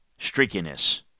streakiness